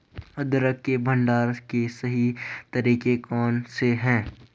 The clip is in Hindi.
अदरक के भंडारण के सही तरीके कौन से हैं?